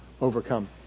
overcome